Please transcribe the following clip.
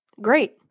great